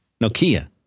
Nokia